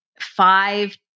five